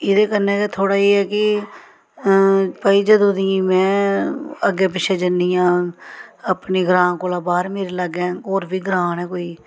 एह्दे कन्नै गै थोह्ड़ा एह् ऐ कि भाई जदूं दी में अग्गें पिच्छें जन्नी आं अपने ग्रांऽ कोला बाह्र मेरे लागै होर बी ग्रांऽ न कोई